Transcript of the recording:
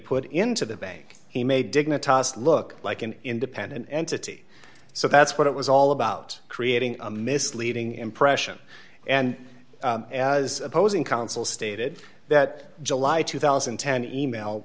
put into the bank he made dignitas look like an independent entity so that's what it was all about creating a misleading impression and as opposing counsel stated that july two thousand and ten e mail